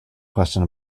question